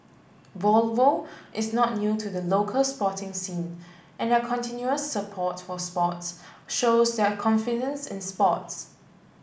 Volvo is not new to the local sporting scene and their continuous support for sports shows their confidence in sports